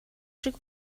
шиг